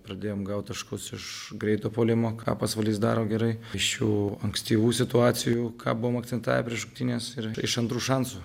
pradėjom gaut taškus iš greito puolimo ką pasvalys daro gerai iš šių ankstyvų situacijų ką buvom akcentavę prieš rungtynes ir iš antrų šansų